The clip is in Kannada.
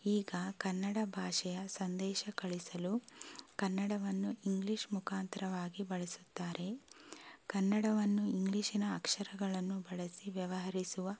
ಈಗ ಕನ್ನಡ ಭಾಷೆಯ ಸಂದೇಶ ಕಳಿಸಲು ಕನ್ನಡವನ್ನು ಇಂಗ್ಲಿಷ್ ಮುಖಾಂತರವಾಗಿ ಬಳಸುತ್ತಾರೆ ಕನ್ನಡವನ್ನು ಇಂಗ್ಲೀಷಿನ ಅಕ್ಷರಗಳನ್ನು ಬಳಸಿ ವ್ಯವಹರಿಸುವ